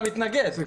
אתה מתנגד?